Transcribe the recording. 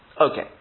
Okay